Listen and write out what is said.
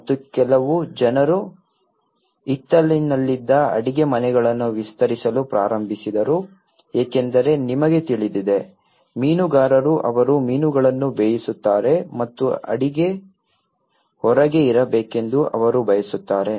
ಮತ್ತು ಕೆಲವು ಜನರು ಹಿತ್ತಲಿನಲ್ಲಿದ್ದ ಅಡಿಗೆಮನೆಗಳನ್ನು ವಿಸ್ತರಿಸಲು ಪ್ರಾರಂಭಿಸಿದರು ಏಕೆಂದರೆ ನಿಮಗೆ ತಿಳಿದಿದೆ ಮೀನುಗಾರರು ಅವರು ಮೀನುಗಳನ್ನು ಬೇಯಿಸುತ್ತಾರೆ ಮತ್ತು ಅಡಿಗೆ ಹೊರಗೆ ಇರಬೇಕೆಂದು ಅವರು ಬಯಸುತ್ತಾರೆ